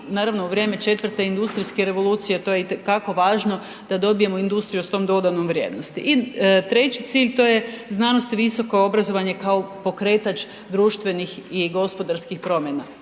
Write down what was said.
naravno, vrijeme 4. industrijske revoluciju, to je i te kako važno da dobijemo industriju s tom dodanom vrijednosti. I 3. cilj, to je znanost i visoko obrazovanje kao pokretač društvenih i gospodarskih promjena.